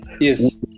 Yes